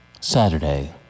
Saturday